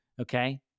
Okay